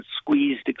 squeezed